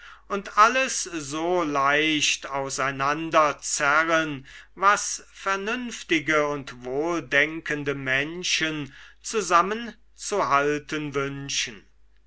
und alles so leicht auseinanderzerren was vernünftige und wohldenkende menschen zusammenzuhalten wünschen